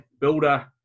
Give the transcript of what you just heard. builder